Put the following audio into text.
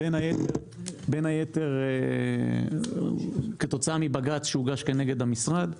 בין היתר כתוצאה מבג"ץ שהוגש כנגד המשרד.